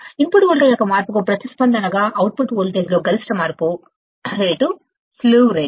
input voltage యొక్క మార్పు కు ప్రతిస్పందనగా అవుట్పుట్ వోల్టేజ్ లో గరిష్ట మార్పు రేటు స్లీవ్ రేటు